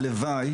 הלוואי